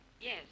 Yes